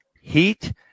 heat